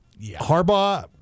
Harbaugh